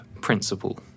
principle